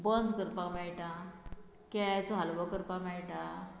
buns करपाक मेळटा केळ्याचो हालवो करपाक मेळटा